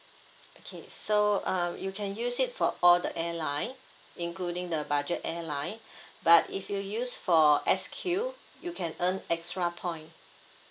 okay so uh you can use it for all the airline including the budget airline but if you use for S_Q you can earn extra point